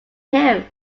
him